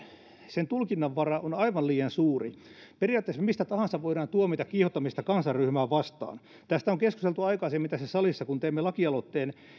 sen tulkinnanvara on aivan liian suuri periaatteessa mistä tahansa voidaan tuomita nimikkeellä kiihottaminen kansanryhmää vastaan tästä on keskusteltu aikaisemmin tässä salissa kun teimme lakialoitteen